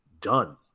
done